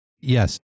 Yes